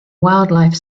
wildlife